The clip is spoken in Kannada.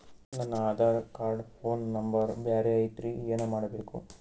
ನನ ಆಧಾರ ಕಾರ್ಡ್ ಫೋನ ನಂಬರ್ ಬ್ಯಾರೆ ಐತ್ರಿ ಏನ ಮಾಡಬೇಕು?